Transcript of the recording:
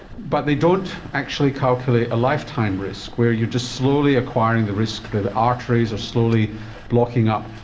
but they don't actually calculate a lifetime risk where you're just slowly acquiring the risk, the arteries are slowly blocking up.